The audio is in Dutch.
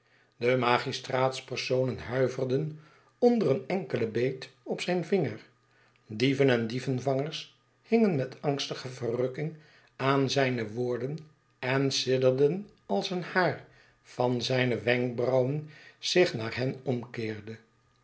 de magistraatspersonen huiverden onder een enkelen beet op zijn vinger dieven en dievenvangers hingen met angstige verrukking aan zijne woorden en sidderden als een haar van zijne wenkbrauwen zich naar hen omkeerde